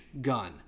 gun